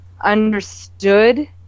understood